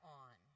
on